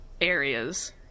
areas